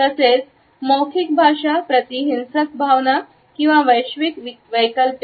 तसेच मौखिक भाषा प्रति हिंसक भावना किंवा वैश्विक वैकल्पिक